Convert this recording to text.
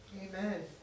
Amen